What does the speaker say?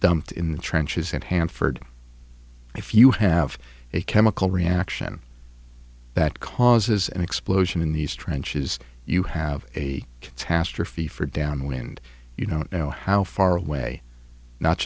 dumped in the trenches and hanford if you have a chemical reaction that causes an explosion in these trenches you have a catastrophe for downwind you don't know how far away not